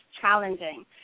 challenging